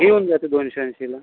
घेऊन जा ती दोनशे ऐंशीला